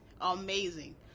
Amazing